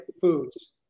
foods